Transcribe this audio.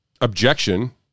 objection